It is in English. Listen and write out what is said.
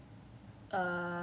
we in the end